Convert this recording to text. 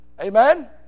Amen